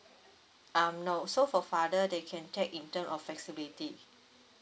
um no so for father they can take in terms of flexibility